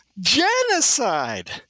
genocide